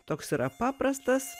toks yra paprastas